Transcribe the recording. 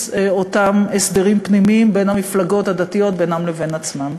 אותם הסדרים פנימיים בין המפלגות הדתיות לבין עצמן.